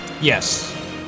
Yes